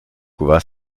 was